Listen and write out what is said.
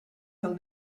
del